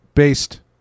Based